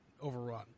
overrun